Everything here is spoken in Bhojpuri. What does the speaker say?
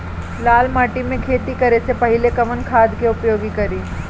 लाल माटी में खेती करे से पहिले कवन खाद के उपयोग करीं?